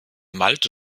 malte